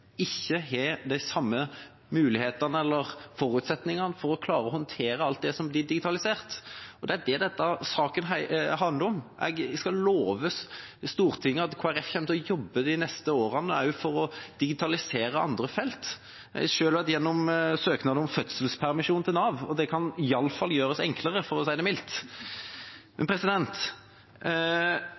blir digitalisert. Det er det denne saken handler om. Jeg skal love Stortinget at Kristelig Folkeparti kommer til å jobbe de neste årene for å digitalisere andre felt. Jeg har selv vært gjennom søknad om fødselspermisjon til Nav, og det kan iallfall gjøres enklere, for å si det mildt.